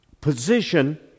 position